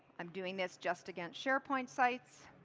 i'm doing this just against sharepoint sites.